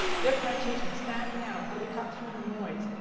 differentiation, standing out, how to cut through the noise.